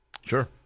Sure